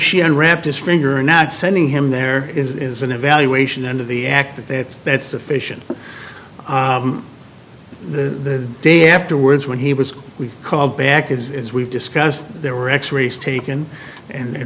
she unwrapped his finger or not sending him there is an evaluation and of the act that that that's sufficient the day afterwards when he was we called back is we've discussed there were x rays taken and